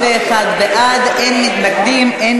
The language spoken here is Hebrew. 31 בעד, אין מתנגדים, אין